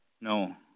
No